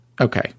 Okay